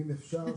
אם אפשר,